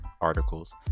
articles